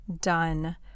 done